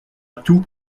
tout